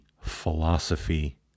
philosophy